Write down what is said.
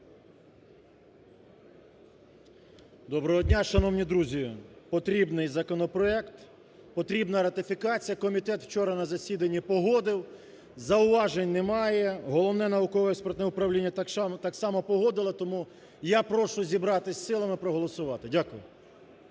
Доброго дня, шановні друзі! Потрібний законопроект. Потрібна ратифікація. Комітет вчора на засіданні погодив. Зауважень немає. Головне науково-експертне управління так само погодило. Тому я прошу зібратись з силами і проголосувати. Дякую.